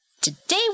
Today